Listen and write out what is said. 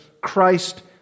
Christ